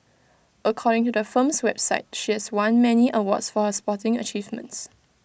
according to her firm's website she has won many awards for her sporting achievements